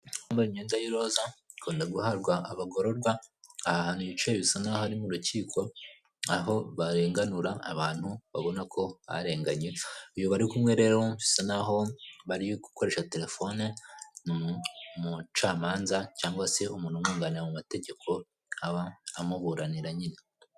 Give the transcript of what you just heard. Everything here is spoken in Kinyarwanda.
K'umuhanda munini wa kaburimbo hahagaze mo muto n'umunyegare. Hakuno hari inyubako ifunguye ikorerwamo ubucuruzi bw'amata, hasi hagaragara ko bayahabogoye, mu muryango hahagaze igare.